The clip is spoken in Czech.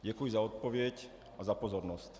Děkuji za odpověď a za pozornost.